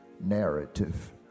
narrative